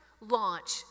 launch